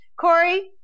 Corey